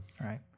right